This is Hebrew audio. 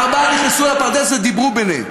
ודיברו ביניהם.